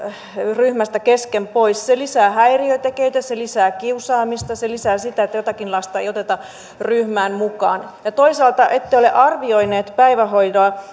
ryhmästä kesken pois se lisää häiriötekijöitä se lisää kiusaamista se lisää sitä että jotakin lasta ei oteta ryhmään mukaan ja toisaalta ette ole arvioineet päivähoitoa